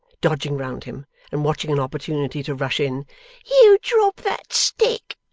dodging round him and watching an opportunity to rush in you drop that stick